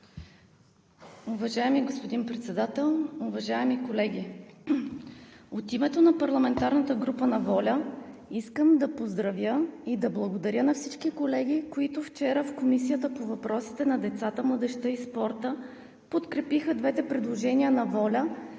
Уважаеми господин Председател, уважаеми колеги! От името на парламентарната група на ВОЛЯ искам да поздравя и да благодаря на всички колеги, които вчера подкрепиха в Комисията по въпросите на децата, младежта и спорта двете предложения на ВОЛЯ